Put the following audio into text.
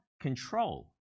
control